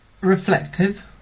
reflective